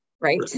right